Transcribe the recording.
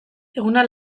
eguna